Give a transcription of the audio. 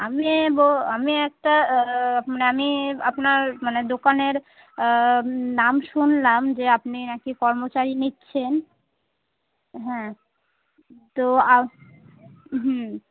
আমি ব আমি একটা মানে আমি আপনার মানে দোকানের নাম শুনলাম যে আপনি নাকি কর্মচারী নিচ্ছেন হ্যাঁ তো আপ হুম